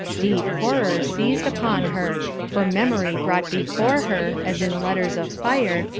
deep horror seized upon her, for memory brought before her, as in letters of fire,